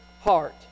heart